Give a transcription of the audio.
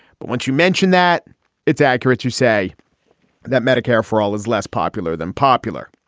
but once you mentioned that it's accurate to say that medicare for all is less popular than popular.